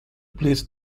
please